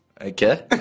Okay